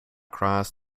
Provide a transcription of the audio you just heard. cross